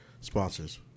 Sponsors